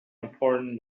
important